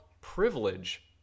privilege